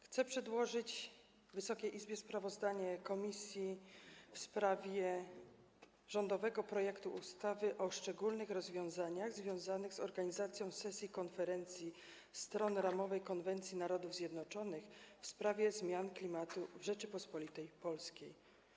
Chcę przedłożyć Wysokiej Izbie sprawozdanie komisji w sprawie rządowego projektu ustawy o szczególnych rozwiązaniach związanych z organizacją sesji Konferencji Stron Ramowej konwencji Narodów Zjednoczonych w sprawie zmian klimatu w Rzeczypospolitej Polskiej.